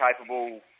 capable